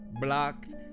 blocked